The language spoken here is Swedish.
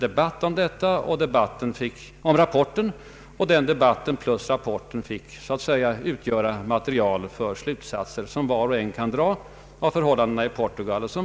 Det blev en debatt om rapporten, och debatten plus rapporten får nu utgöra material för slutsatser, som var och en kan dra om förhållandena i Portugal.